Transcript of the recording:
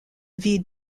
ville